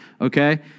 okay